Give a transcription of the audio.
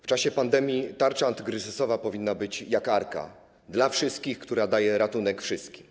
W czasie pandemii tarcza antykryzysowa powinna być jak arka dla wszystkich, która daje ratunek wszystkim.